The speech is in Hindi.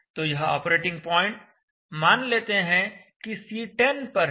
तो यह ऑपरेटिंग पॉइंट मान लेते हैं कि C10 पर है